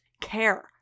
care